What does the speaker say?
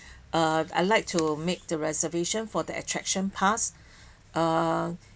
uh I like to make the reservation for the attraction pass uh